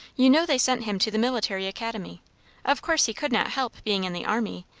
you know they sent him to the military academy of course he could not help being in the army.